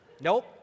Nope